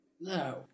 No